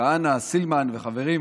כהנא, סילמן וחברים: